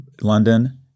London